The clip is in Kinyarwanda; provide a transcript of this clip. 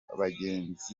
bagenzi